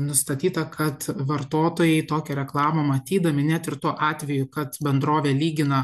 nustatyta kad vartotojai tokią reklamą matydami net ir tuo atveju kad bendrovė lygina